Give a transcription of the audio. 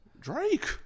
Drake